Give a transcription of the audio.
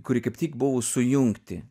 kuri kaip tik buvo sujungti